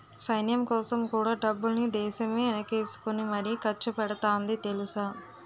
సైన్యంకోసం కూడా డబ్బుల్ని దేశమే ఎనకేసుకుని మరీ ఖర్చుపెడతాంది తెలుసా?